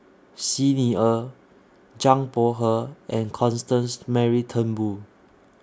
Xi Ni Er Zhang Bohe and Constance Mary Turnbull